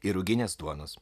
ir ruginės duonos